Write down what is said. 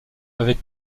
avec